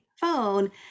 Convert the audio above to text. phone